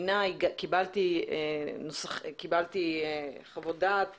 קיבלתי חוות דעת